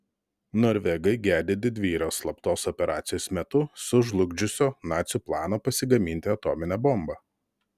norvegai gedi didvyrio slaptos operacijos metu sužlugdžiusio nacių planą pasigaminti atominę bombą